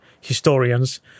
historians